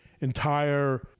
entire